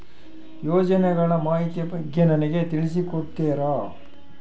ಯೋಜನೆಗಳ ಮಾಹಿತಿ ಬಗ್ಗೆ ನನಗೆ ತಿಳಿಸಿ ಕೊಡ್ತೇರಾ?